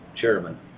chairman